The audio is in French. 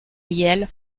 yale